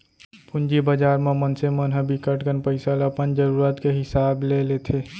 पूंजी बजार म मनसे मन ह बिकट कन पइसा ल अपन जरूरत के हिसाब ले लेथे